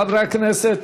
מחברי הכנסת?